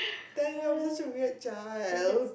then you are just a weird child